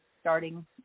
starting